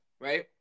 right